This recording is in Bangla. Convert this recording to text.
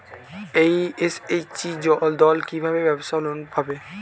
এস.এইচ.জি দল কী ভাবে ব্যাবসা লোন পাবে?